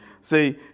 See